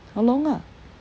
how long ah